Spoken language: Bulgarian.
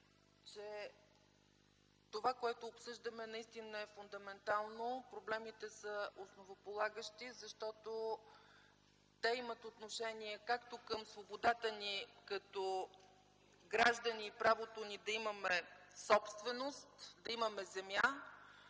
че това, което обсъждаме, наистина е фундаментално. Проблемите са основополагащи, защото имат отношение както към свободата ни като граждани и правото ни да имаме собственост, да имаме земя,